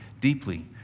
deeply